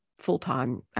full-time